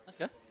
Okay